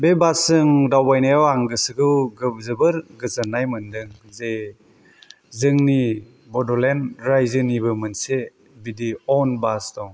बे बासजों दावबायनायाव आं गोसोखौ जोबोर गोजोननाय मोनदों जे जोंनि बडलेण्ड रायजोनिबो मोनसे बिदि औन बास दं